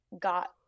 got